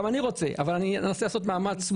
גם אני רוצה, אבל אני אנסה לעשות מאמץ.